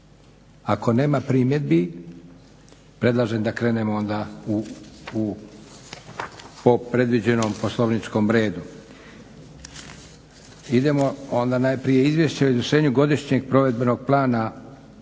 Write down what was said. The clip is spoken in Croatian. Ako nema primjedbi predlažem da krenemo onda po predviđenom poslovničkom redu. Idemo onda najprije: - Izvješće o izvršenju godišnjeg provedbenog plana